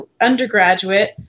undergraduate